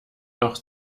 noch